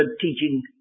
teaching